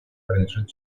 принадлежит